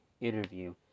interview